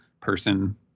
person